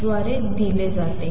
द्वारे दिले जाते